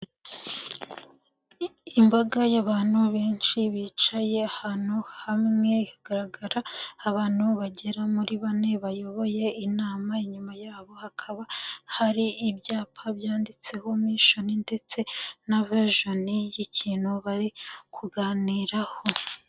Imbaga y'abantu benshi bicaye ahantu hamwe, hagaragara abantu bagera muri bane bayoboye inama, inyuma yabo hakaba hari ibyapa byanditseho mission ndetse na vision y'ikintu bari kuganiraho.